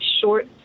short